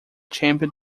champion